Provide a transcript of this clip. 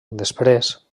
després